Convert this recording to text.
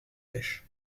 pêche